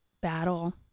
battle